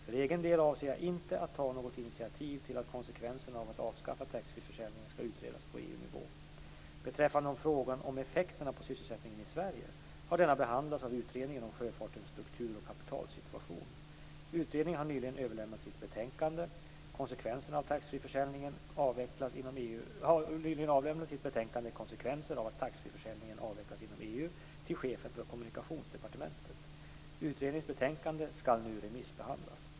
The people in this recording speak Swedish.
För egen del avser jag inte att ta något initiativ till att konsekvenserna av att avskaffa taxfreeförsäljningen skall utredas på EU-nivå. Beträffande frågan om effekterna på sysselsättningen i Sverige har denna behandlats av Utredningen om sjöfartens struktur och kapitalsituation . Utredningen har nyligen överlämnat sitt betänkande Konsekvenser av att taxfreeförsäljningen avvecklas inom EU till chefen för Kommunikationsdepartementet. Utredningens betänkande skall nu remissbehandlas.